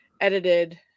edited